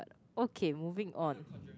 okay moving on